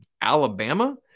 Alabama